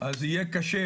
אז יהיה קשה,